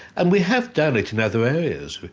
and we have done it in other areas.